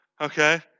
Okay